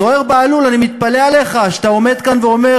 זוהיר בהלול, אני מתפלא עליך שאתה עומד כאן ואומר